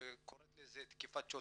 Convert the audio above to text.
וקוראת לזה "תקיפת שוטר".